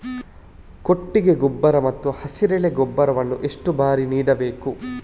ಕೊಟ್ಟಿಗೆ ಗೊಬ್ಬರ ಮತ್ತು ಹಸಿರೆಲೆ ಗೊಬ್ಬರವನ್ನು ಎಷ್ಟು ಬಾರಿ ನೀಡಬೇಕು?